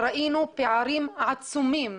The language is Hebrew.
ראינו פערים עצומים.